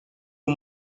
aux